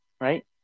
Right